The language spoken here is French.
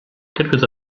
quelques